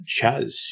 Chaz